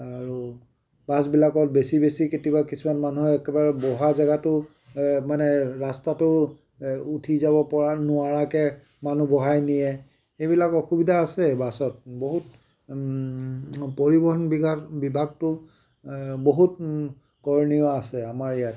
আৰু বাছবিলাকত বেছি বেছি কেতিয়াবা কিছুমান মানুহ একেবাৰে বহা জাগাতো মানে ৰাস্তাতো এই উঠি যাব পৰা নোৱাৰাকৈ মানুহ বহাই নিয়ে এইবিলাক অসুবিধা আছে বাছত বহুত পৰিৱহণ বিভা বিভাগটো বহুত কৰণীয় আছে আমাৰ ইয়াত